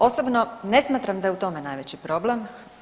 Osobno ne smatram da je u tome najveći problem.